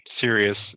serious